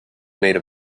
made